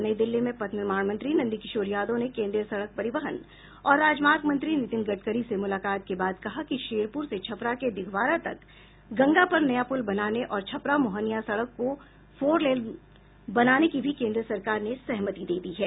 नई दिल्ली में पथ निर्माण मंत्री नंदकिशोर यादव ने केन्द्रीय सड़क परिवहन और राजमार्ग मंत्री नितिन गडकरी से मुलाकात के बाद कहा कि शेरपुर से छपरा के दिघवारा तक गंगा पर नया पुल बनाने और छपरा मोहनिया सड़क को फोर लेन बनाने की भी कोन्द्र सरकार ने सहमति दे दी है